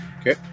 Okay